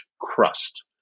crust